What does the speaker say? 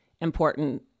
important